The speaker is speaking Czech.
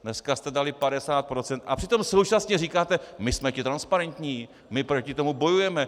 Dneska jste dali 50 % a přitom současně říkáte: my jsme ti transparentní, my proti tomu bojujeme.